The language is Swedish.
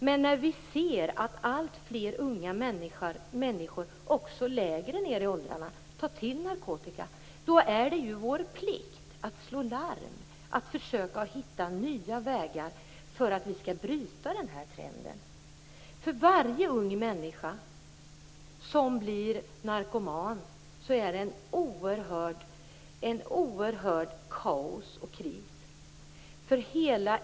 Men när vi ser att alltfler unga människor, också lägre ned i åldrarna, tar till narkotika, är det vår plikt att slå larm, att försöka hitta nya vägar för att vi skall bryta trenden. För varje ung människa som blir narkoman, uppstår ett oerhört kaos och en oerhörd kris.